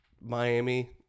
Miami